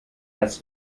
das